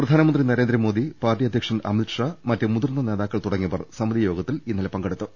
പ്രധാനമന്ത്രി നരേന്ദ്രമോദി പാർട്ടി അധ്യക്ഷൻ അമിത്ഷാ മറ്റ് മുതിർന്ന നേതാക്കൾ തുടങ്ങിയവർ സമിതിയോഗത്തിൽ പങ്കെടുത്തു